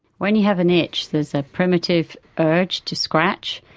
when you have an itch there is a primitive urge to scratch.